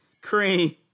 cream